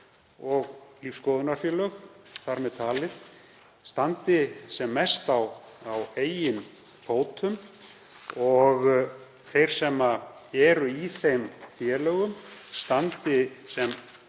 og lífsskoðunarfélög þar með talið, standi sem mest á eigin fótum, að þeir sem eru í þeim félögum standi sem